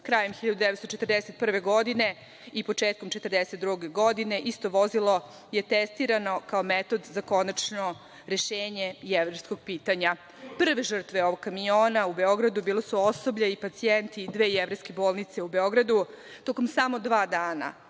Krajem 1941. godine i početkom 1942. godine isto vozilo je testirano kao metod za konačno rešenje jevrejskog pitanja. Prve žrtve ovog kamiona u Beogradu bili su osoblje i pacijenti dve jevrejske bolnice u Beogradu. Tokom samo dva dana,